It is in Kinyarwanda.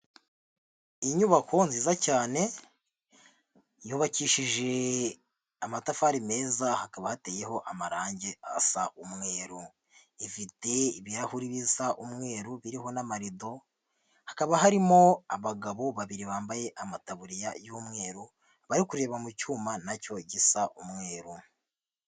Inyubako nziza cyane, yubakishije amatafari meza hakaba hateyeho amarangi asa umweru. Ifite ibirahuri bisa umweru biriho n'amarido, hakaba harimo abagabo babiri bambaye amatabuririya y'umweru, bari kureba mu cyuma nacyo gisa umweru.